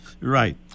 Right